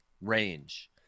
range